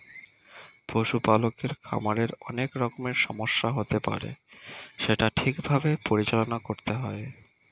পশু পালকের খামারে অনেক রকমের সমস্যা হতে পারে সেটা ঠিক ভাবে পরিচালনা করতে হয়